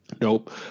nope